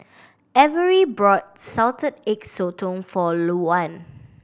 Averie bought Salted Egg Sotong for Louann